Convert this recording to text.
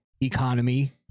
economy